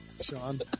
Sean